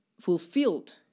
fulfilled